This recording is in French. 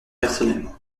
personnellement